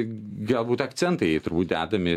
galbūt akcentai turbūt dedami